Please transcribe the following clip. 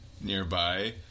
nearby